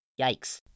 Yikes